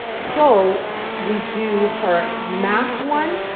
so we do her math one,